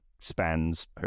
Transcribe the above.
spans